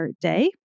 day